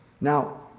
Now